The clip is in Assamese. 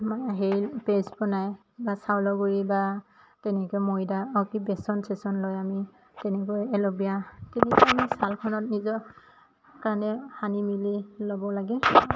হেৰি পেষ্ট বনায় বা চাউলৰ গুড়ি বা তেনেকৈ ময়দা অঁ কি বেচন চেচন লৈ আমি তেনেকৈ এল'বিয়া তেনেকৈয়ে আমি ছালখনত নিজৰ কাৰণে সানি মেলি ল'ব লাগে